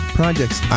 projects